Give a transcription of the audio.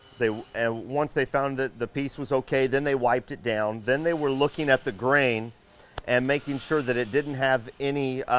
ah once they found that the piece was okay, then they wiped it down. then they were looking at the grain and making sure that it didn't have any